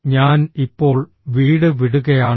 ഞാൻ ഇപ്പോൾ വീട് വിടുകയാണ്